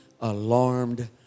alarmed